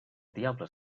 diables